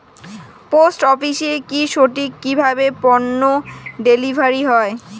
Post অফিসে কি সঠিক কিভাবে পন্য ডেলিভারি হয়?